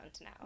now